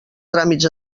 tràmits